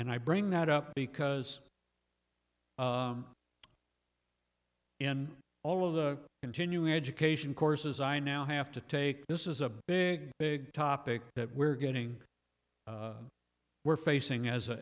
and i bring that up because in all of the continuing education courses i now have to take this is a big big topic that we're getting we're facing as a